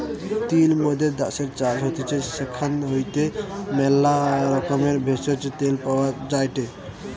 তিল মোদের দ্যাশের চাষ হতিছে সেখান হইতে ম্যালা রকমের ভেষজ, তেল পাওয়া যায়টে